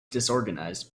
disorganized